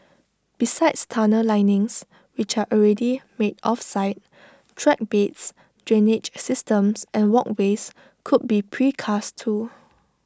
besides tunnel linings which are already made off site track beds drainage systems and walkways could be precast too